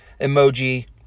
emoji